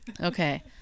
okay